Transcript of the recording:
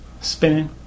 Spinning